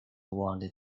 wanted